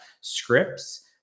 scripts